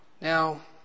Now